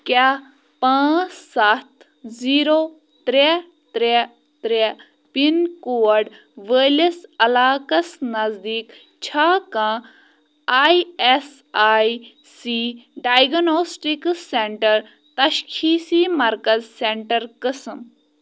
کیٛاہ پانٛژھ سَتھ زیٖرو ترٛےٚ ترٛےٚ ترٛےٚ پِن کوڈ وٲلِس علاقس نزدیٖک چھےٚ کانٛہہ I S I C diagnostics centre تشخیٖصی مرکز سٮ۪نٛٹَر قٕسٕم